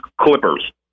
Clippers